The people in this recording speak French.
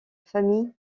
famille